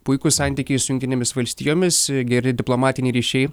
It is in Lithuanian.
puikūs santykiai su jungtinėmis valstijomis geri diplomatiniai ryšiai